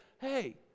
hey